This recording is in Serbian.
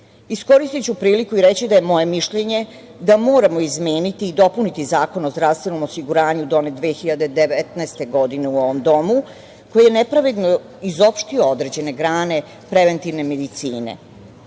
kurativu. Iskoristiću priliku i reći da je moje mišljenje da moramo izmeniti i dopuniti Zakon o zdravstvenom osiguranju koji je donet 2019. godine u ovom domu, a koji je nepravedno izopštio određene grane preventivne medicine. Vreme,